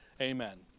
Amen